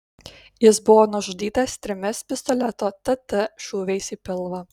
jis buvo nužudytas trimis pistoleto tt šūviais į pilvą